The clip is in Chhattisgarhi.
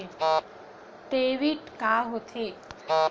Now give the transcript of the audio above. डेबिट का होथे?